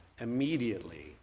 immediately